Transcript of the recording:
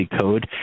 code